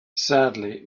sadly